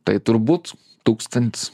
tai turbūt tūkstantis